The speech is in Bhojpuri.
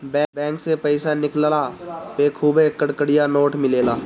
बैंक से पईसा निकलला पे खुबे कड़कड़िया नोट मिलेला